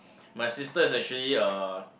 my sister is actually uh